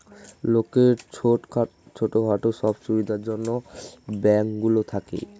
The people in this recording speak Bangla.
লোকের ছোট খাটো সব সুবিধার জন্যে ব্যাঙ্ক গুলো থাকে